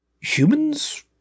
Humans